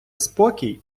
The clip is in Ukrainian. спокій